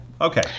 Okay